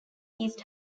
east